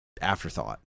afterthought